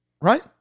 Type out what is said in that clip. Right